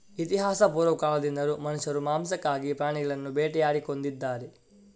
ಇತಿಹಾಸಪೂರ್ವ ಕಾಲದಿಂದಲೂ ಮನುಷ್ಯರು ಮಾಂಸಕ್ಕಾಗಿ ಪ್ರಾಣಿಗಳನ್ನು ಬೇಟೆಯಾಡಿ ಕೊಂದಿದ್ದಾರೆ